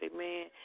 Amen